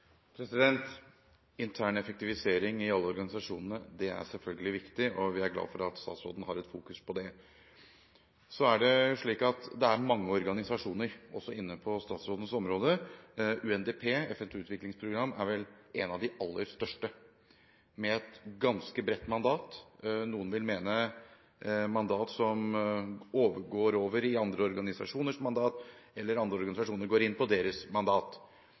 selvfølgelig viktig, og vi er glad for at statsråden har fokus på dette. Så er det slik at det er mange organisasjoner, også inne på statsrådens områder. UNDP, FNs utviklingsprogram, er vel en av de aller største, med et ganske bredt mandat. Noen vil mene at deres mandat går over i andre organisasjoners mandat, eller at andre organisasjoner går inn på deres mandat.